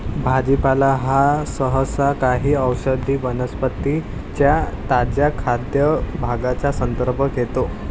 भाजीपाला हा सहसा काही औषधी वनस्पतीं च्या ताज्या खाद्य भागांचा संदर्भ घेतो